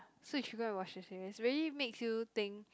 so you should go and watch it it really makes you think